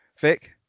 Vic